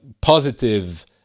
positive